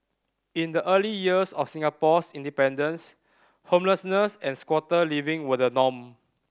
in the early years of Singapore's independence homelessness and squatter living were the norm